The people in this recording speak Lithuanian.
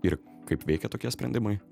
ir kaip veikia tokie sprendimai